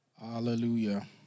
Hallelujah